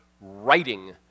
writing